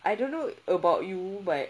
I don't know about you but